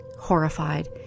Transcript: horrified